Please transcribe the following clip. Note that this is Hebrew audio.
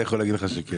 אני יכול להגיד לך שכן.